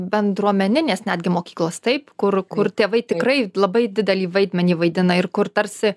bendruomeninės netgi mokyklos taip kur kur tėvai tikrai labai didelį vaidmenį vaidina ir kur tarsi